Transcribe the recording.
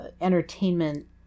entertainment